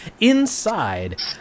Inside